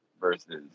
versus